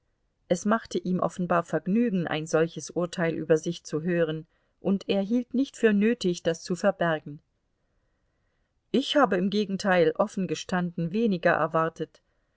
es machte ihm offenbar vergnügen ein solches urteil über sich zu hören und er hielt nicht für nötig das zu verbergen ich habe im gegenteil offen gestanden weniger erwartet